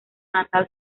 natal